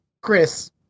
Chris